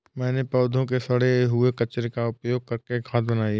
मैंने पौधों के सड़े हुए कचरे का उपयोग करके खाद बनाई